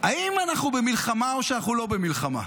האם אנחנו במלחמה או שאנחנו לא במלחמה?